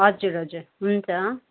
हजुर हजुर हुन्छ